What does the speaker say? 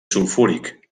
sulfúric